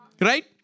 Right